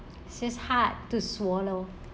this is hard to swallow